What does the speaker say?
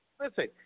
listen